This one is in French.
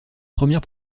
premières